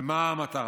ומה המטרה?